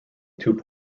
two